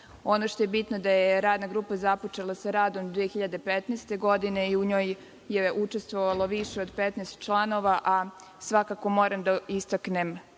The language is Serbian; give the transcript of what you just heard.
Ono što je bitno je da je radna grupa započela sa radom 2015. godine i u njoj je učestvovalo više od 15 članova, a svakako moram da istaknem